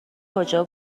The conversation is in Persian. کجا